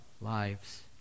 lives